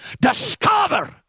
discover